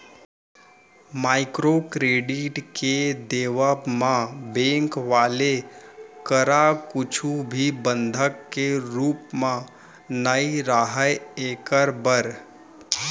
micro credit के देवब म बेंक वाले करा कुछु भी बंधक के रुप म नइ राहय ऐखर बर